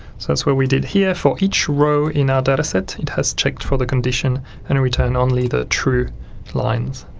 so that's what we did here for each row in our data set, it has checked for the condition and return only the true lines.